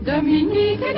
Dominique